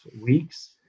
weeks